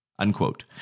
Unquote